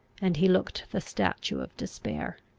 and he looked the statue of despair.